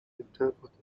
interpreted